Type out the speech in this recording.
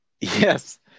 Yes